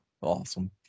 Awesome